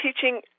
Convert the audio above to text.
teaching